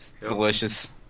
delicious